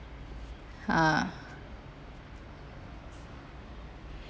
ah